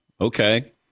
okay